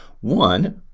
One